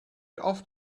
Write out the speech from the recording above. off